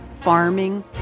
farming